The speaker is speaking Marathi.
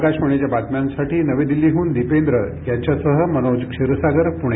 आकाशवाणीच्या बातम्यांसाठी नवी दिल्लीहून दिपेंद्र यांच्यासह मनोज क्षीरसागर पुणे